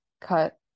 cut